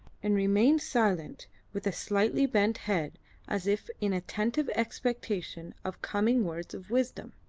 and remained silent with a slightly bent head as if in attentive expectation of coming words of wisdom.